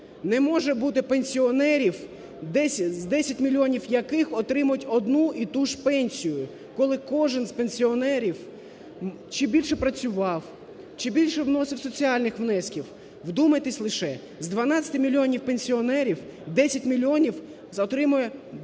Не може бути пенсіонерів, 10 мільйонів яких отримують одну і ту ж пенсію, коли кожен з пенсіонерів чи більше працював, чи більше вносив соціальних внесків. Вдумайтесь лише, з 12 мільйонів пенсіонерів 10 мільйонів отримує трохи